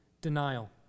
denial